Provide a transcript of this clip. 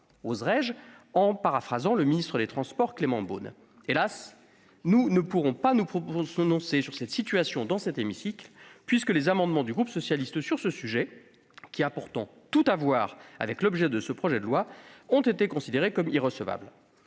reprendre les termes du ministre des transports, Clément Beaune. Hélas, nous ne pourrons nous prononcer sur cette situation dans cet hémicycle, puisque les amendements du groupe socialiste sur ce sujet, qui a pourtant tout à voir avec l'objet de ce projet de loi, ont été déclarés irrecevables.